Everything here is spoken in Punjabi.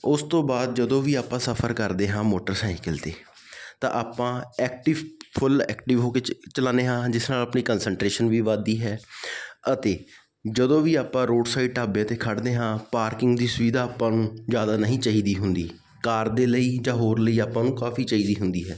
ਉਸ ਤੋਂ ਬਾਅਦ ਜਦੋਂ ਵੀ ਆਪਾਂ ਸਫਰ ਕਰਦੇ ਹਾਂ ਮੋਟਰਸਾਈਕਲ 'ਤੇ ਤਾਂ ਆਪਾਂ ਐਕਟਿਵ ਫੁੱਲ ਐਕਟਿਵ ਹੋ ਕੇ ਚ ਚਲਾਉਂਦੇ ਹਾਂ ਜਿਸ ਨਾਲ ਆਪਣੀ ਕਨਸਟਰੇਸ਼ਨ ਵੀ ਵੱਧਦੀ ਹੈ ਅਤੇ ਜਦੋਂ ਵੀ ਆਪਾਂ ਰੋਡ ਸਾਈਡ ਢਾਬੇ 'ਤੇ ਖੜ੍ਹਦੇ ਹਾਂ ਪਾਰਕਿੰਗ ਦੀ ਸੁਵਿਧਾ ਆਪਾਂ ਨੂੰ ਜ਼ਿਆਦਾ ਨਹੀਂ ਚਾਹੀਦੀ ਹੁੰਦੀ ਕਾਰ ਦੇ ਲਈ ਜਾਂ ਹੋਰ ਲਈ ਆਪਾਂ ਨੂੰ ਕਾਫੀ ਚਾਹੀਦੀ ਹੁੰਦੀ ਹੈ